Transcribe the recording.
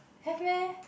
have meh